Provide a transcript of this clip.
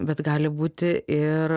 bet gali būti ir